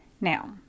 Now